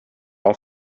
all